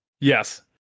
Yes